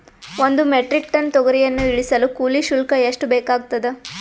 ಒಂದು metric ton ತೊಗರಿಯನ್ನು ಇಳಿಸಲು ಕೂಲಿ ಶುಲ್ಕ ಎಷ್ಟು ಬೇಕಾಗತದಾ?